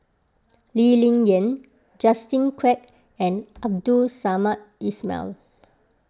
Lee Ling Yen Justin Quek and Abdul Samad Ismail